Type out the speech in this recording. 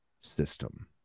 system